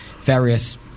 various